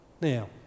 Now